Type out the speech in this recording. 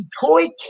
toy